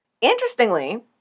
Interestingly